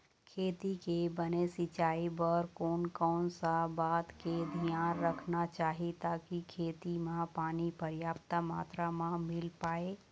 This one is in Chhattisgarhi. खेती के बने सिचाई बर कोन कौन सा बात के धियान रखना चाही ताकि खेती मा पानी पर्याप्त मात्रा मा मिल पाए?